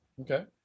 Okay